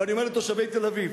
ואני אומר לתושבי תל-אביב: